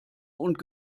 und